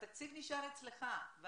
התקציב נשאר אצלך,